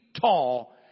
tall